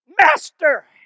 master